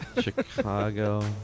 Chicago